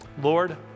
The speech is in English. Lord